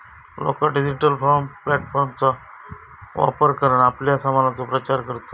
लोका डिजिटल प्लॅटफॉर्मचा वापर करान आपल्या सामानाचो प्रचार करतत